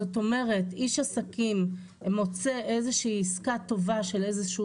זאת אומרת איש עסקים מוצא איזו שהיא עיסקה טובה של איזה שהוא